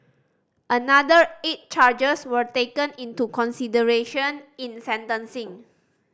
another eight charges were taken into consideration in sentencing